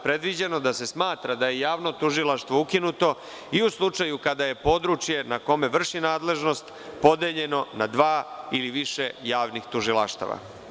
Predviđeno je da se smatra da je javno tužilaštvo ukinuto u slučaju kada je područje na kome vrši nadležnost podeljeno na dva ili više javnih tužilaštava.